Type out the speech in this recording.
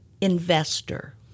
investor